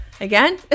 Again